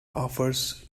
offers